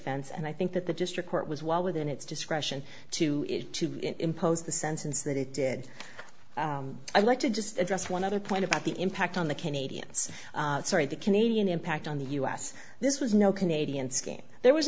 fense and i think that the district court was well within its discretion to impose the sentence that it did i'd like to just address one other point about the impact on the canadians sorry the canadian impact on the us this was no canadian scheme there was